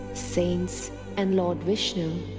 saints and lord vishnu.